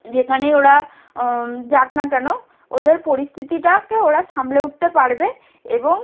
যেখানে ওরা যাক না কেন ওদের পরিস্থিতিটাকে ওরা সামলে উঠতে পারবে এবং